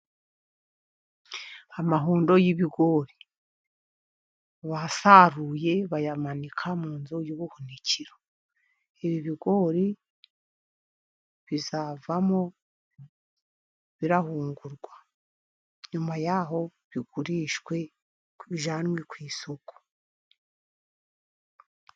Amahundo y'ibigori basaruye bayamanika mu nzu y'ubuhunikiro. Ibi bigori bizavamo bihungurwa, nyuma yaho bigurishwe bijyanwe ku isoko.